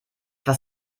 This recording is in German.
was